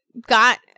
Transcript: got